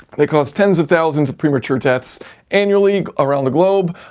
they caused tens of thousands of premature deaths annually around the globe.